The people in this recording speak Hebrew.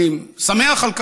אני שמח על כך,